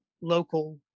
local